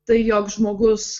tai jog žmogus